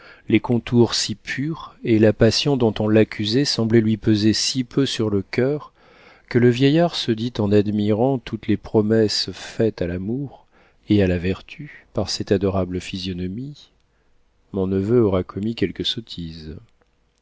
les contours si purs et la passion dont on l'accusait semblait lui peser si peu sur le coeur que le vieillard se dit en admirant toutes les promesses faites à l'amour et à la vertu par cette adorable physionomie mon neveu aura commis quelque sottise